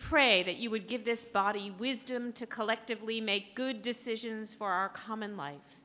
pray that you would give this body wisdom to collectively make good decisions for our common life